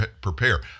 prepare